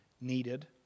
needed